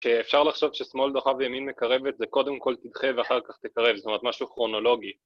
שאפשר לחשוב ששמאל דוחה וימין מקרב את זה, קודם כל תדחה ואחר כך תקרב, זאת אומרת משהו כרונולוגי.